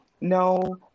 no